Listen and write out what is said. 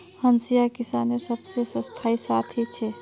हंसिया किसानेर सबसे स्थाई साथी छे